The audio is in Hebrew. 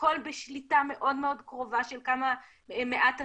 הכול בשליטה מאוד מאוד קרובה של כמעט אנשים.